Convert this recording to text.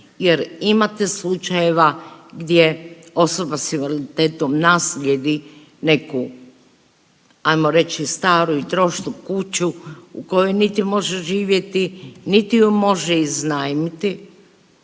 jer imate slučajeva gdje osoba s invaliditetom naslijedi neku ajmo reći staru i trošnu kuću u kojoj niti može živjeti, niti ju može iznajmiti,